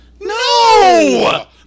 No